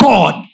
God